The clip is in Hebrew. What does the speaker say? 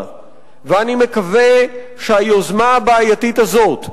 ואני מקווה שהיוזמה הבעייתית הזאת,